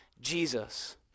Jesus